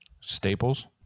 Staples